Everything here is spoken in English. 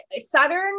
Saturn